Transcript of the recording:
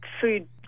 food